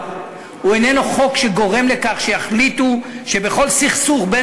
הוא איננו חוק שגורם לכך שיחליטו שבכל סכסוך בין